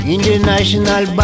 International